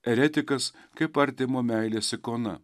eretikas kaip artimo meilės ikona